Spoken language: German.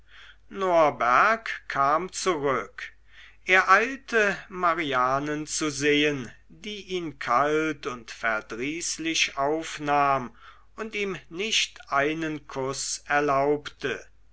norberg kam zurück er eilte marianen zu sehen die ihn kalt und verdrießlich aufnahm und ihm nicht einen kuß erlaubte